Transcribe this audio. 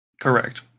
Correct